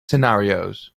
scenarios